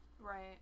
Right